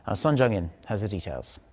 ah sohn jung-in has the details.